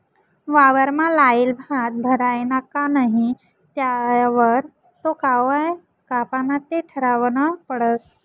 वावरमा लायेल भात भरायना का नही त्यावर तो कवय कापाना ते ठरावनं पडस